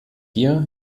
ihr